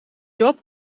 job